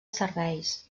serveis